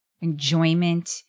enjoyment